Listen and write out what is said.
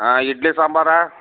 ಹಾಂ ಇಡ್ಲಿ ಸಾಂಬಾರಾ